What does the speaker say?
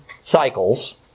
cycles